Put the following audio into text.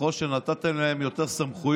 ככל שנתתם להם יותר סמכויות